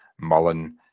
Mullen